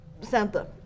Santa